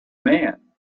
man